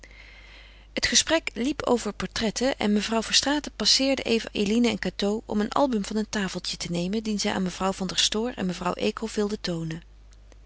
het gesprek liep over portretten en mevrouw verstraeten passeerde even eline en cateau om een album van een tafeltje te nemen dien zij aan mevrouw van der stoor en mevrouw eekhof wilde toonen